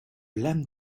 lame